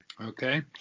Okay